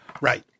Right